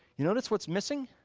notice what's missing?